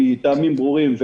מטעמים ברורים,